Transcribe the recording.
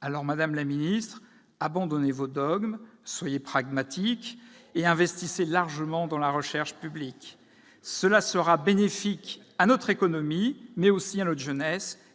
Alors, madame la ministre, abandonnez vos dogmes, soyez pragmatique et investissez largement dans la recherche publique. Ce sera bénéfique non seulement à notre économie, mais aussi à notre jeunesse,